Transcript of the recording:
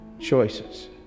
choices